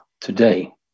today